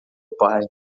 pai